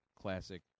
classic